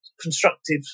constructive